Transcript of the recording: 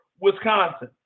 Wisconsin